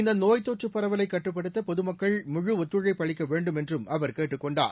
இந்த நோய்த் தொற்றுப் பரவலை கட்டுப்படுத்த பொதுமக்கள் முழுஒத்துழைப்பு அளிக்க வேண்டும் என்றும் அவர் கேட்டுக் கொண்டார்